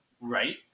Right